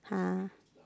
!huh!